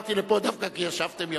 דיברתי לפה דווקא, כי ישבתם יפה.